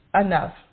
enough